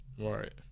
Right